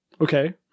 Okay